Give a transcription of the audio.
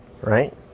Right